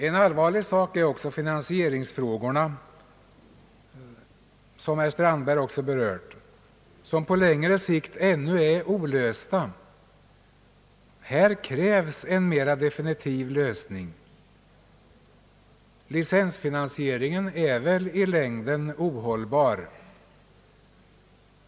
En allvarlig sak är också finansieringsfrågorna, som på längre sikt ännu är olösta. Här krävs en mera definitiv lösning. Licensfinansiering är väl i längden ohållbar?